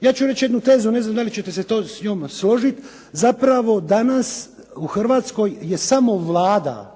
Ja ću reći jednu tezu, ne znam da li ćete se s njom složiti. Zapravo danas u Hrvatskoj je samo Vlada,